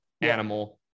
animal